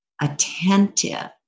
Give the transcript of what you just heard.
attentive